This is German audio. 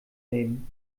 nehmen